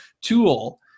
tool